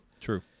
True